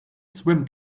swim